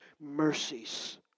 mercies